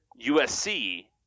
USC